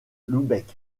lübeck